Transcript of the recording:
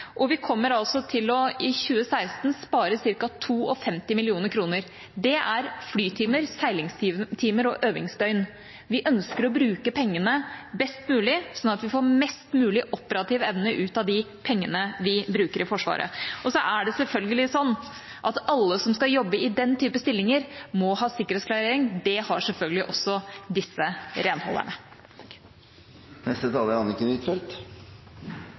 og vi kommer altså i 2016 til å spare ca. 52 mill. kr. Det er flytimer, seilingstimer og øvingsdøgn. Vi ønsker å bruke pengene best mulig, sånn at vi får mest mulig operativ evne ut av de pengene vi bruker i Forsvaret. Og så er det selvfølgelig sånn at alle som skal jobbe i den type stillinger, må ha sikkerhetsklarering. Det har selvfølgelig også disse renholderne. Jeg vil takke for en god diskusjon, men det er